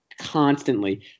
constantly